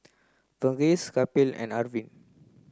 Verghese Kapil and Arvind